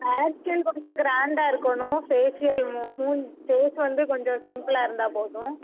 hair style கொஞ்சம் கிராண்டாக இருக்கணும் பேசியல் ஃபேஸ் வந்து சிம்பிளாக இருந்தால் போதும்